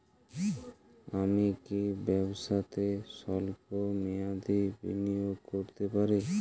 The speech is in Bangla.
আমি কি ব্যবসাতে স্বল্প মেয়াদি বিনিয়োগ করতে পারি?